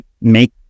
Make